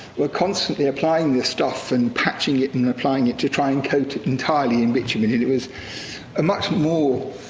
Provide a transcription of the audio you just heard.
were constantly applying this stuff, and patching it, and applying it, to try and coat it entirely in bitumen. and it was a much more